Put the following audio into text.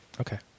Okay